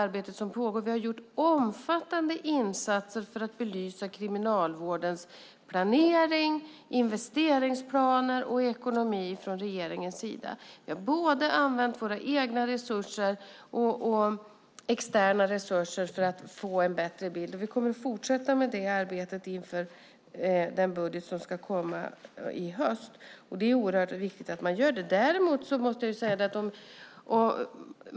Vi har från regeringens sida gjort omfattande insatser för att belysa Kriminalvårdens planering, investeringsplaner och ekonomi. Vi har använt både våra egna resurser och externa resurser för att få en bättre bild, och vi kommer att fortsätta med det arbetet inför den budget som ska komma i höst. Det är oerhört viktigt att man gör det.